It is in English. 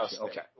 Okay